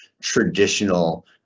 traditional